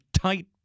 tight